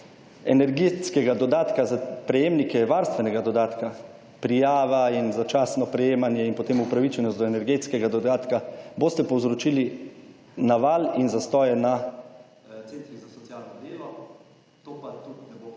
energetskega dodatka za prejemnike varstvenega dodatka, prijava in začasno prejemanje in potem upravičenost do energetskega dodatka boste povzročili naval in zastoje na Centrih za socialno delo. To pa tudi …/izključen